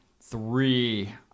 three